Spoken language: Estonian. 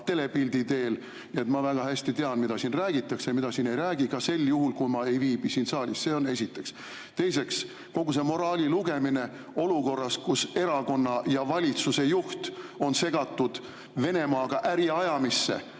telepildi teel. Nii et ma väga hästi tean, mida siin räägitakse ja mida siin ei räägita, ka sel juhul, kui ma ei viibi siin saalis. See on esiteks. Teiseks, kogu see moraali lugemine olukorras, kus erakonna ja valitsuse juht on segatud Venemaaga äri ajamisse,